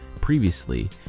Previously